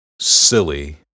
silly